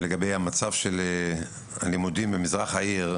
לגבי המצב של לימודים במזרח העיר,